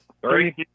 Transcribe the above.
Three